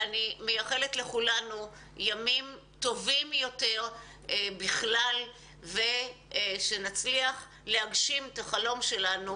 אני מאחלת לכולנו ימים טובים יותר בכלל ושנצליח להגשים את החלום שלנו.